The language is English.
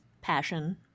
passion